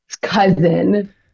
cousin